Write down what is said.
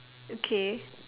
okay